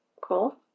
Cool